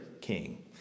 King